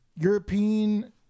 European